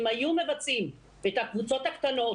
אם היו מבצעים את הקבוצות הקטנות,